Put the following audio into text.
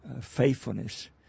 faithfulness